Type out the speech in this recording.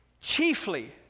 chiefly